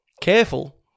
Careful